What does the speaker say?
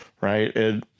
right